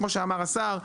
כמו שאמר השר,